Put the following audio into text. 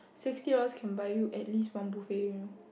sixty dollars can buy you at least one buffet you know